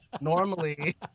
normally